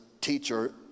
teacher